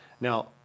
Now